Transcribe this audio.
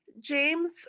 James